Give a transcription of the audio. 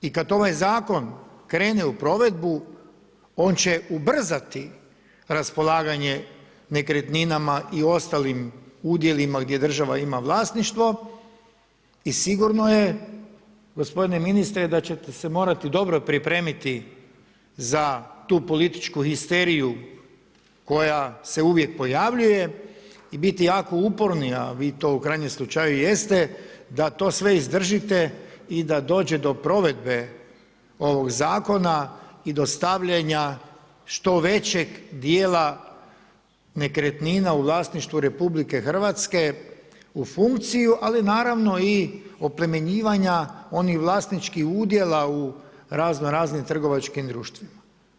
I kad ovaj Zakon krene u provedbu, on će ubrzati raspolaganje nekretninama i ostalim udjelima gdje država ima vlasništvo i sigurno je, gospodine ministre da ćete se morati dobro pripremiti za tu političku histeriju koja se uvijek pojavljuje i biti jako uporni, a vi to u krajnjem slučaju i jeste, da to sve izdržite i da dođe do provedbe ovog Zakona i do stavljanja što većeg dijela nekretnina u vlasništvu RH u funkciju, ali naravno i oplemenjivanja onih vlasničkih udjela u razno-raznim trgovačkim društvima.